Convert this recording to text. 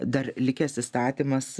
dar likęs įstatymas